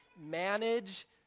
manage